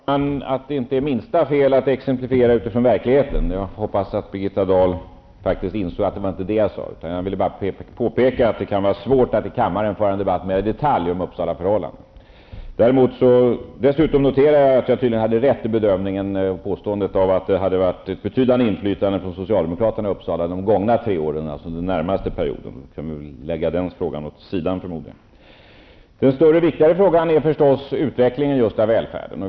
Herr talman! Jag tycker inte att det är det minsta felaktigt att exemplifiera utifrån verkligheten. Jag hoppas att Birgitta Dahl insåg att det inte var det jag sade. Jag påpekade bara att det kan vara svårt att föra en debatt mer i detalj om Uppsalaförhållanden här i kammaren. Jag noterar dessutom att jag tydligen hade rätt i bedömningen och påståendet att det hade varit ett betydande inflytande från socialdemokraterna i Uppsala under de gångna tre åren, dvs. under den senaste perioden. Då kan vi väl lägga den frågan åt sidan. Den större och viktigare frågan är förstås utvecklingen av välfärden.